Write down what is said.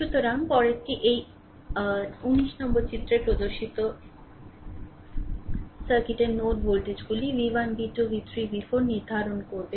সুতরাং পরেরটিটি এই 19 চিত্রটিতে প্রদর্শিত সার্কিটের নোড ভোল্টেজগুলি v1 v2 v3 v4 নির্ধারণ করবে